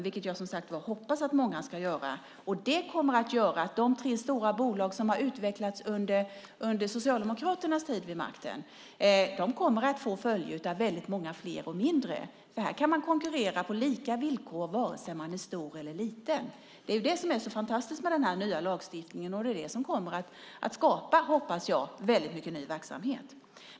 Det kommer att leda till att de tre stora bolag som har utvecklats under Socialdemokraternas tid vid makten kommer att åtföljas av många fler och mindre företag. Här kan man konkurrera på lika villkor oavsett om man är stor eller liten. Det är detta som är så fantastiskt med den nya lagstiftningen, och det kommer, hoppas jag, att skapa väldigt mycket ny verksamhet.